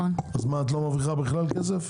אז את לא מרוויחה בכלל כסף?